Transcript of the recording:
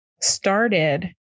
started